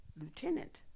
Lieutenant